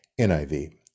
NIV